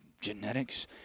genetics